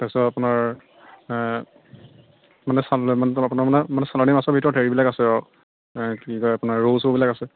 তাৰপিছত আপোনাৰ মানে চালানী এইটো আপোনাৰ মানে চালানী মাছৰ ভিতৰত হেৰিবিলাক আছে আৰু কি কয় ৰৌ চৌবিলাক আছে